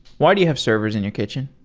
why do you have servers in your kitchen?